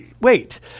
wait